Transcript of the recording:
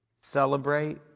celebrate